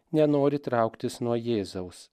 nenori trauktis nuo jėzaus